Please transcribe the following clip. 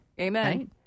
Amen